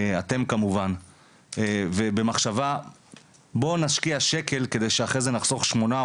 אתם כמובן ובמחשבה בוא נשקיע שקל כדי שאחרי זה נחסוך שמונה,